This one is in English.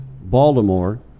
Baltimore